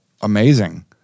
amazing